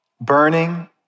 burning